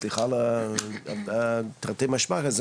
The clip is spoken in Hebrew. סליחה על התרתי משמע הזה